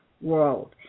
world